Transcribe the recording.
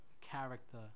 character